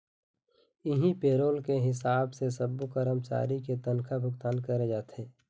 इहीं पेरोल के हिसाब से सब्बो करमचारी के तनखा भुगतान करे जाथे